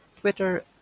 Twitter